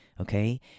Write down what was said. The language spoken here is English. okay